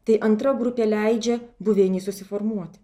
tai antra grupė leidžia buveinei susiformuoti